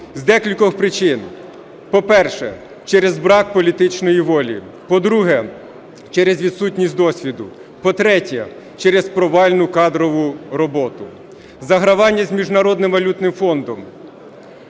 з декількох причин. По-перше, через брак політичної волі. По-друге, через відсутність досвіду. По-третє, через провальну кадрову роботу. Загравання з Міжнародним валютним фондом,